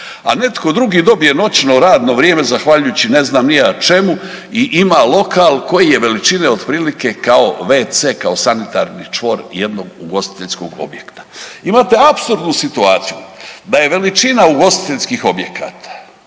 A netko drugi dobije noćno radno vrijeme zahvaljujući ne znam ni ja čemu i ima lokal koji je veličine otprilike kao wc kao sanitarni čvor jednog ugostiteljskog objekta. Imate apsurdnu situaciju da je veličina ugostiteljskih objekata